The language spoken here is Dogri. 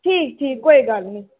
ठीक ठीक कोई गल्ल निं